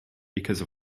because